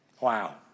Wow